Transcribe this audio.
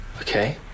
Okay